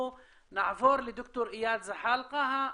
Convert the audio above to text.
אנחנו נעבור לד"ר איאד זחאלקה,